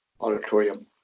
auditorium